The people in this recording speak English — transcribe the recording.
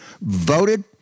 voted